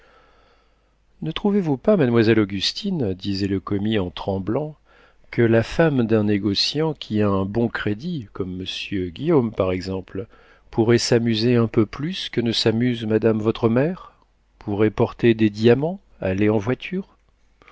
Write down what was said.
ne trouvez-vous pas mademoiselle augustine disait le commis en tremblant que la femme d'un négociant qui a un bon crédit comme monsieur guillaume par exemple pourrait s'amuser un peu plus que ne s'amuse madame votre mère pourrait porter des diamants aller en voiture